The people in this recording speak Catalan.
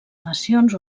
nacions